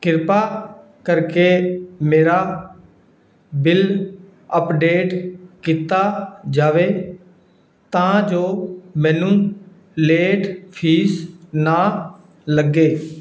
ਕਿਰਪਾ ਕਰਕੇ ਮੇਰਾ ਬਿਲ ਅਪਡੇਟ ਕੀਤਾ ਜਾਵੇ ਤਾਂ ਜੋ ਮੈਨੂੰ ਲੇਟ ਫੀਸ ਨਾ ਲੱਗੇ